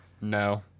no